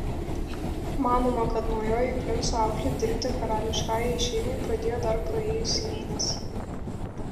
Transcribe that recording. manoma kad naujoji princo auklė dirbti karališkajai šeimai pradėjo dar praėjusį mėnesį